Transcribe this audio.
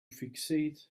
fixate